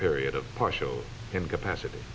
period of partial incapacity